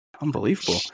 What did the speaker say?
Unbelievable